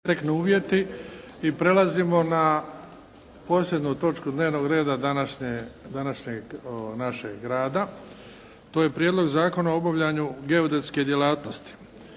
Luka (HDZ)** I prelazimo na posljednju točku dnevnog reda današnjeg našeg rada. To je - Prijedlog zakona o obavljanju geodetske djelatnosti,